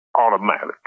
automatic